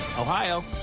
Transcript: Ohio